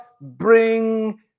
bring